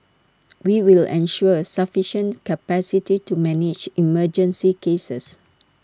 we will ensure sufficient capacity to manage emergency cases